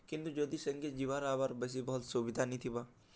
କିନ୍ତୁ ଯଦି ସେନ୍କେ ଯିବାର୍ ଆଏବାର୍ ବେଶି ଭଲ୍ ସୁବିଧା ନି ଥିବା